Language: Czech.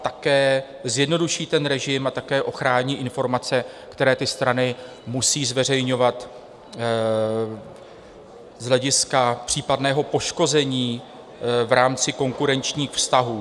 Také zjednoduší režim a ochrání informace, které ty strany musí zveřejňovat z hlediska případného poškození v rámci konkurenčních vztahů.